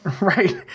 Right